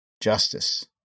justice